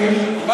גם,